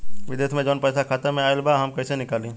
विदेश से जवन पैसा खाता में आईल बा हम कईसे निकाली?